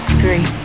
three